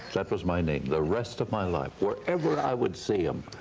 that was my name, the rest of my life, wherever i would see him.